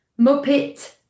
Muppet